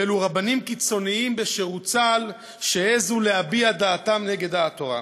והן רבנים קיצוניים בשירות צה"ל שהעזו להביע דעתם נגד דעת תורה.